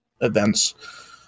events